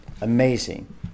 Amazing